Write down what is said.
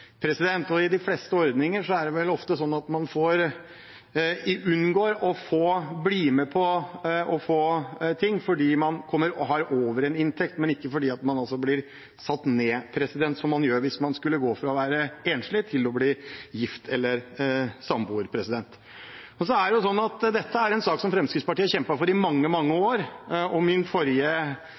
eller samboer. I de fleste ordninger er det vel ofte slik at man unngår å bli med på å få ting fordi man kommer over en inntekt, men ikke fordi man blir satt ned, som man gjør hvis man skulle gå fra å være enslig til å bli gift eller samboer. Dette er en sak som Fremskrittspartiet har kjempet for i mange, mange år. Min stortingskollega før meg, John I. Alvheim, var en av dem som sto på fra denne talerstolen for å gjøre noe med pensjonen til eldre gifte og